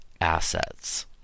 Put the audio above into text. assets